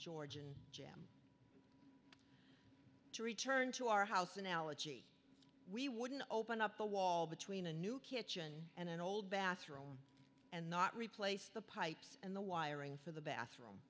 georgian to return to our house analogy we wouldn't open up the wall between a new kitchen and an old bathroom and not replace the pipes and the wiring for the bathroom